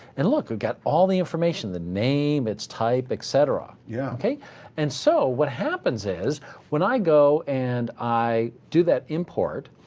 and look, we've got all the information, the name, its type, et cetera. yeah and so what happens is when i go and i do that import,